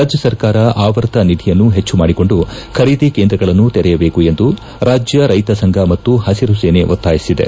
ರಾಜ್ಯ ಸರ್ಕಾರ ಆವರ್ತನಿಧಿಯನ್ನು ಹೆಚ್ಚು ಮಾಡಿಕೊಂಡು ಖರೀದಿ ಕೇಂದ್ರಗಳನ್ನು ತೆರೆಯಬೇಕೆಂದು ರಾಜ್ಯ ರೈತ ಸಂಘ ಮತ್ತು ಹಸಿರು ಸೇನೆ ಒತ್ತಾಯಿಸಿದೆ